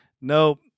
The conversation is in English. Nope